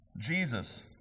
Jesus